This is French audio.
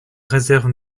réserve